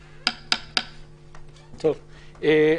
אוקיי.